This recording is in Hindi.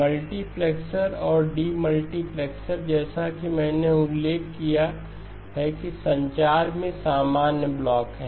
मल्टीप्लेक्सर और डीमल्टीप्लेक्सर जैसा कि मैंने उल्लेख किया है संचार में सामान्य ब्लॉक हैं